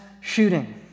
shooting